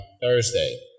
Thursday